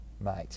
mate